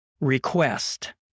request